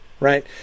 right